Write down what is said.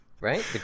right